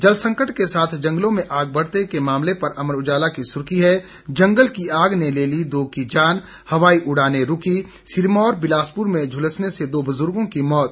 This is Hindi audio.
जलसंकट के साथ जंगलों में आग के बढ़ते मामलों पर अमर उजाला की सुर्खी है जंगल की आग ने ली दो की जान हवाई उड़ानें रूकीं सिरमौर बिलासपुर में झूलसने से दो बुजुर्गों की मौत